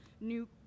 new